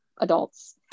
adults